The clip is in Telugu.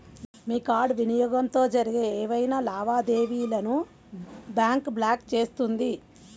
మీ కార్డ్ వినియోగంతో జరిగే ఏవైనా లావాదేవీలను బ్యాంక్ బ్లాక్ చేస్తుంది